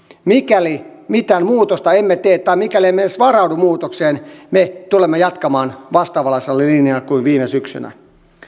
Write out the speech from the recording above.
mikäli mitään muutosta emme tee tai emme edes varaudu muutokseen me tulemme jatkamaan vastaavanlaisella linjalla kuin viime syksynä